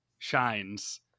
shines